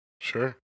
Sure